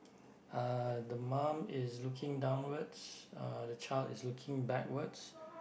uh the mum is looking downwards uh the child is looking backwards